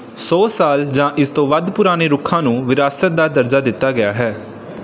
ਸੌ ਸਾਲ ਜਾਂ ਇਸ ਤੋਂ ਵੱਧ ਪੁਰਾਣੇ ਰੁੱਖਾਂ ਨੂੰ ਵਿਰਾਸਤ ਦਾ ਦਰਜਾ ਦਿੱਤਾ ਗਿਆ ਹੈ